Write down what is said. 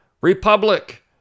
republic